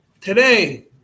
today